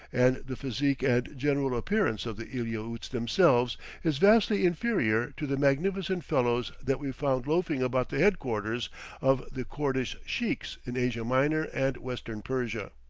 and the physique and general appearance of the eliautes themselves is vastly inferior to the magnificent fellows that we found loafing about the headquarters of the koordish sheikhs in asia minor and western persia.